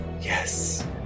Yes